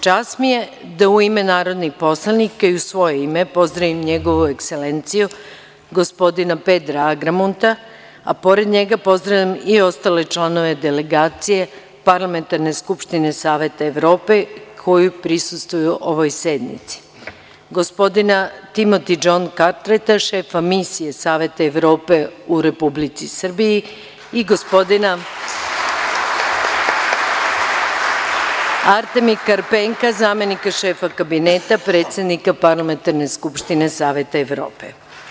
Čast mi je da u ime narodnih poslanika i u svoje ime, pozdravim Njegovu Ekselenciju gospodina Pedra Agramunta, a pored njega, pozdravljam i ostale članove delegacije Parlamentarne skupštine Saveta Evrope koji prisustvuju ovoj sednici: gospodina Timoti Džon Kartrajt, šef Misije Saveta Evrope u Republici Srbiji i gospodina Artemi Karpenko, zamenika šefa kabineta predsednika Parlamentarne skupštine Saveta Evrope.